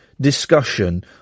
discussion